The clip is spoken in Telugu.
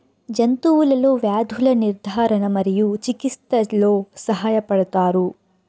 జంతువులలో వ్యాధుల నిర్ధారణ మరియు చికిత్చలో సహాయపడుతారు